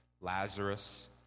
Lazarus